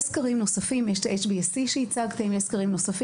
יש סקרים נוספים, יש את HBSC שהצגתם ועוד.